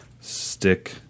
Stick